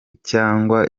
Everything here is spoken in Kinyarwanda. cyangwa